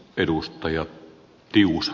arvoisa puhemies